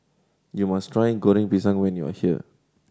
you must try Goreng Pisang when you are here